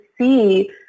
see